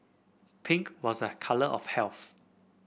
pink was a colour of health